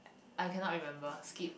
I cannot remember skip